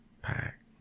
Pack